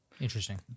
Interesting